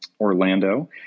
Orlando